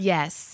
Yes